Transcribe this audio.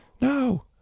No